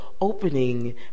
opening